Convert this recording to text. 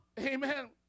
amen